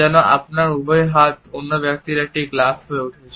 যেন আপনার উভয় হাত অন্য ব্যক্তির জন্য একটি গ্লাভস হয়ে উঠেছে